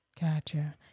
Gotcha